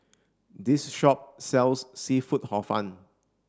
this shop sells seafood hor fun